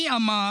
מי אמר